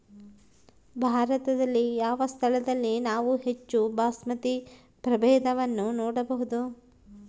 ಭಾರತದಲ್ಲಿ ಯಾವ ಸ್ಥಳದಲ್ಲಿ ನಾವು ಹೆಚ್ಚು ಬಾಸ್ಮತಿ ಪ್ರಭೇದವನ್ನು ನೋಡಬಹುದು?